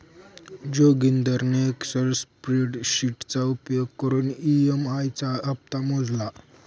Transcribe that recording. जोगिंदरने एक्सल स्प्रेडशीटचा उपयोग करून ई.एम.आई चा हप्ता मोजला